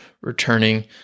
returning